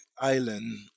island